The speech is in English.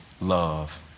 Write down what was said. love